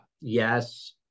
Yes